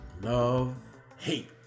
Love-hate